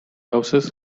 houses